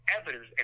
evidence